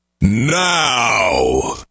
now